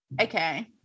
Okay